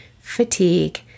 fatigue